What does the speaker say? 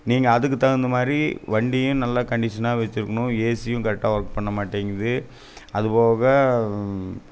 நீங்கள் அதுக்கு தகுந்த மாதிரி வண்டியும் நல்லா கண்டிஷனாக வச்சிருக்கணும் ஏசியும் கரெக்டாக ஒர்க் பண்ண மாட்டேங்கிறது அதுபோக